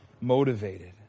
motivated